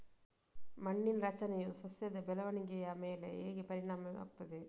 ಮಣ್ಣಿನ ರಚನೆಯು ಸಸ್ಯದ ಬೆಳವಣಿಗೆಯ ಮೇಲೆ ಹೇಗೆ ಪರಿಣಾಮ ಆಗ್ತದೆ?